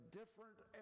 different